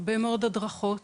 הרבה מאוד הדרכות